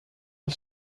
auf